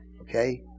Okay